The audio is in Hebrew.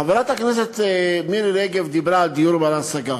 חברת הכנסת מירי רגב דיברה על דיור בר-השגה,